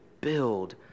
build